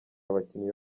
abakinnyi